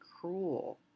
cruel